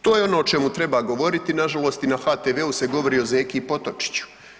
To je ono o čemu treba govoriti, nažalost, i na HTV-u se govori o zeki i potočiću.